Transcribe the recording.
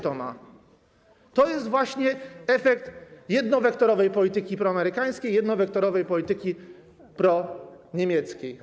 To jest właśnie efekt jednowektorowej polityki proamerykańskiej i jednowektorowej polityki proniemieckiej.